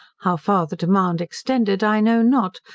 how far the demand extended, i know not,